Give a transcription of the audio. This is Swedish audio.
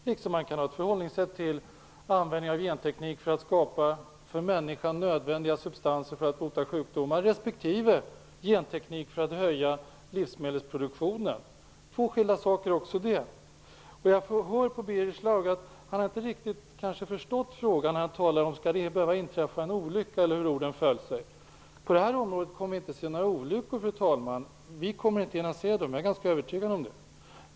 Likaså kan man ha ett förhållningssätt till användningen av genteknik för att skapa för människan nödvändiga substanser för att bota sjukdomar, respektive genteknik för att höja livsmedelsproduktionen. Också det är två skilda saker. Birger Schlaug har kanske inte riktigt förstått frågan. Han undrar nämligen om det skall behöva inträffa en olycka - hur nu orden föll sig. Fru talman! På detta område kommer vi inte att hinna se några olyckor. Det är jag ganska övertygad om.